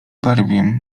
barwie